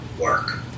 work